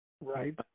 right